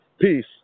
Peace